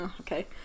Okay